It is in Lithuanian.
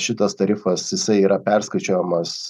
šitas tarifas jisai yra perskaičiuojamas